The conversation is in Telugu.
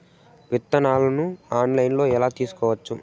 విత్తనాలను ఆన్లైన్లో ఎలా తీసుకోవచ్చు